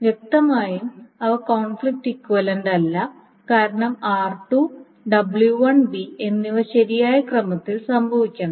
വ്യക്തമായും അവ conflict equivalent അല്ല കാരണം r2 w1 എന്നിവ ശരിയായ ക്രമത്തിൽ സംഭവിക്കണം